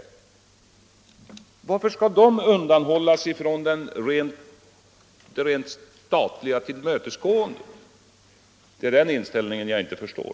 Varför skall dessa företag undanhållas det statliga tillmötesgåendet? Det är den inställningen jag inte förstår.